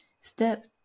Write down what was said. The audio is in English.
Step